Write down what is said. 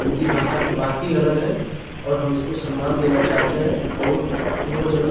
हिन्दी भाषा की बात ही अलग है और हम इसको सम्मान देना चाहते हैं बहुत पूर्वजनक